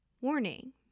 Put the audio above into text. Warning